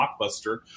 blockbuster